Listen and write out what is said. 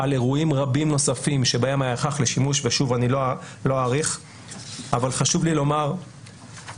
על אירועים רבים נוספים שבהם היה הכרח לשימוש אבל חשוב לי לומר שלטעמי